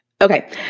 Okay